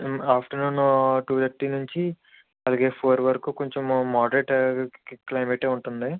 afternoon two thirty నుంచి అలాగే four వరకు కొంచము మోడరేట్ క్లై క్లైమేటే ఉంటుంది